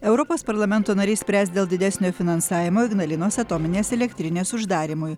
europos parlamento nariai spręs dėl didesnio finansavimo ignalinos atominės elektrinės uždarymui